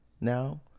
now